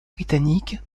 britanniques